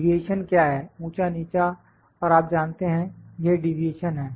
deviation क्या है ऊंचा नीचा और आप जानते हैं यह डीविएशन है